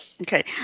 Okay